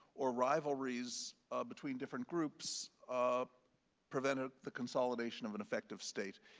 or rivalries between different groups um prevent ah the consolidation of an effective state,